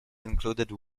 included